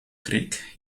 creek